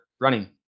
running